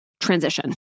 transition